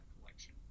collection